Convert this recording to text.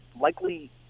likely